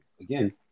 Again